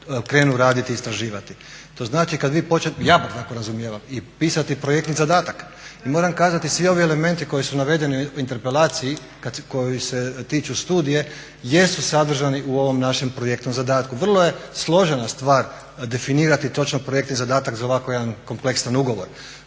krenu raditi i istraživati. To znači kad vi počnete, ja bar tako razumijevam, i pisati projektni zadatak. Moram kazati svi ovi elementi koji su navedeni u interpelaciji koji se tiču studije jesu sadržani u ovom našem projektnom zadatku. Vrlo je složena stvar definirati točno projektni zadatak za ovako jedan kompleksni ugovor.